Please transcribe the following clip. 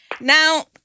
Now